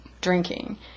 drinking